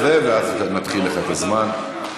ואז נתחיל לך את הזמן.